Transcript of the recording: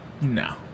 No